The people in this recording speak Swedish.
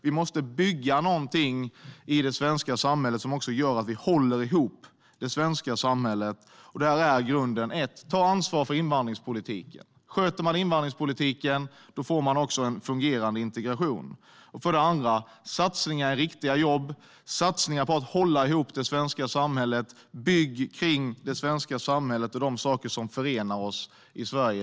Vi måste bygga någonting i det svenska samhället som också gör att vi håller ihop det svenska samhället. Grunden är för det första att ta ansvar för invandringspolitiken. Sköter man invandringspolitiken får man också en fungerande integration. För det andra krävs satsningar på riktiga jobb, satsningar på att hålla ihop det svenska samhället. Bygg kring det svenska samhället och de saker som förenar oss i Sverige!